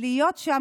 להיות שם,